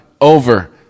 Over